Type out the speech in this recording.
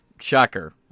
shocker